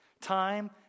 time